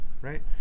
right